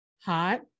Hot